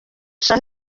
shah